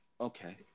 okay